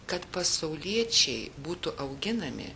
kad pasauliečiai būtų auginami